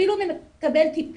אפילו אם הוא מקבל טיפול,